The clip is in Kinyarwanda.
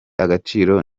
agaciro